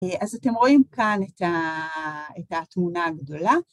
אז אתם רואים כאן את התמונה הגדולה.